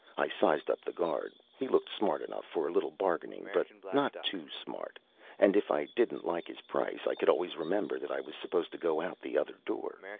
i sized up the guard. he looked smart enough for a little bargaining, but not too smart and if i didn't like his price, i could always remember that i was supposed to go out the other door.